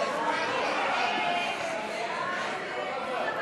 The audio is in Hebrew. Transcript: ההסתייגויות לסעיף